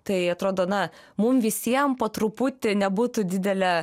tai atrodo na mum visiems po truputį nebūtų didele